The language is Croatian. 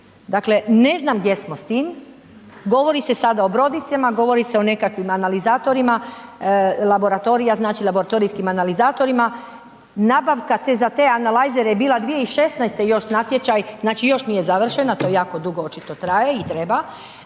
Dakle ne znam gdje smo s tim, govori se sada o brodicama, govori se o nekakvim analizatorima, laboratorija, znači laboratorijskim analizatorima. Nabavka za te analizere je bila 2016. još natječaj, znači još nije završena, to jako dugo očito traje i treba,